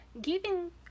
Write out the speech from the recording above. Giving